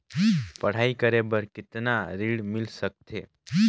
पढ़ाई करे बार कितन ऋण मिल सकथे?